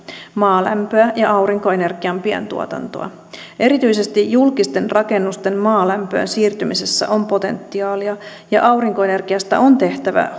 maalämpöä ja aurinkoenergian pientuotantoa erityisesti julkisten rakennusten maalämpöön siirtymisessä on potentiaalia ja aurinkoenergiasta on tehtävä